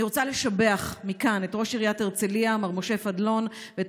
אני רוצה לשבח מכאן את ראש עיריית הרצליה מר משה פדלון ואת